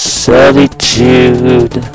solitude